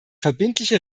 verbindliche